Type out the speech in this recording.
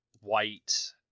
white